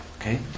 Okay